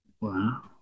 Wow